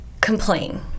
complain